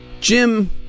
jim